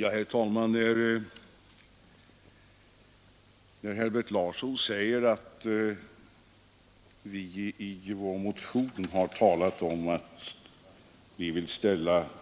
Herr talman! Herbert Larsson säger att vi i vår motion har talat om att vi vill att